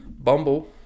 Bumble